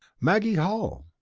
maggie hall!